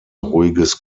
ruhiges